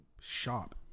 sharp